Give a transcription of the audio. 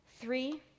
Three